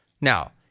Now